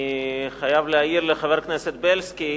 אני חייב להעיר לחבר הכנסת בילסקי